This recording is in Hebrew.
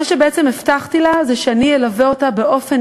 מה שבעצם הבטחתי לה זה שאני אלווה אותה באופן